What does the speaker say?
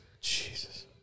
Jesus